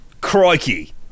Crikey